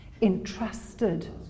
entrusted